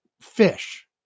fish